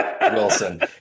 Wilson